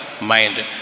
mind